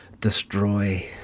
destroy